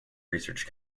research